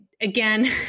again